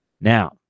now